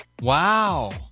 Wow